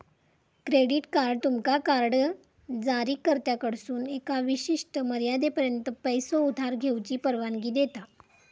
credit card तुमका card जारीकर्त्याकडसून एका विशिष्ट मर्यादेपर्यंत पैसो उधार घेऊची परवानगी देता